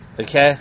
Okay